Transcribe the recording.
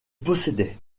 possédait